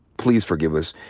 please forgive us.